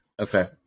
Okay